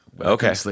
Okay